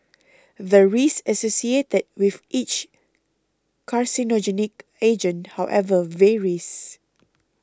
the risk associated with each carcinogenic agent however varies